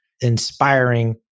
inspiring